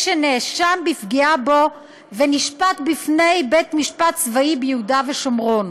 שנאשם בפגיעה בו ונשפט בפני בית משפט צבאי ביהודה ושומרון: